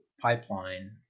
pipeline